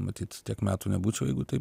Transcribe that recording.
matyt tiek metų nebūčiau jeigu taip